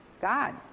God